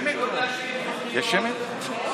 לא מאשרים תוכניות ולא,